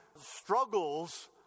struggles